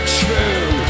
true